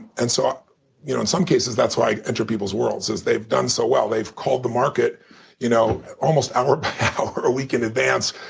and so you know in some cases, that's why i enter people's world is they've done so well they've called the market you know almost hour by hour or a week in advance,